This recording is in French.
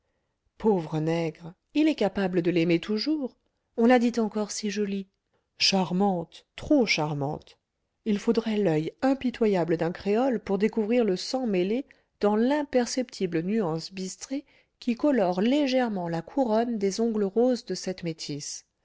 pauvre nègre il est capable de l'aimer toujours on la dit encore si jolie charmante trop charmante il faudrait l'oeil impitoyable d'un créole pour découvrir le sang mêlé dans l'imperceptible nuance bistrée qui colore légèrement la couronne des ongles roses de cette métisse